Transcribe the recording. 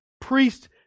priest